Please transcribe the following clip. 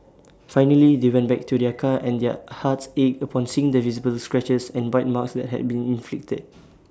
finally they went back to their car and their hearts ached upon seeing the visible scratches and bite marks that had been inflicted